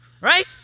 right